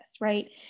Right